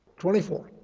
24